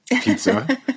pizza